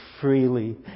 freely